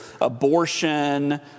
abortion